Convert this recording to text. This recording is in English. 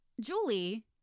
Julie